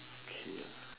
okay